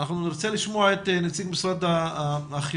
נרצה לשמוע את נציג משרד החינוך,